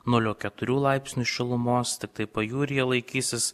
nulio keturių laipsnių šilumos tiktai pajūryje laikysis